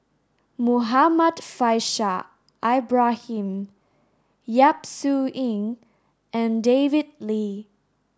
Muhammad Faishal Ibrahim Yap Su Yin and David Lee